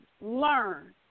learn